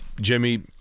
Jimmy